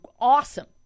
awesome